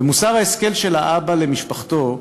ומוסר ההשכל של האבא למשפחתו,